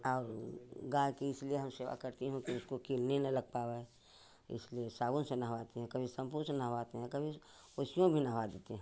और गाई की इसलिए हम सेवा करती हूँ कि उसको किलनी ना लग पाए इसलिए साबुन से नहवाते हैं कभी सम्पू से नहवाते हैं कभी उसमें भी नहवा देते हैं